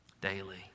Daily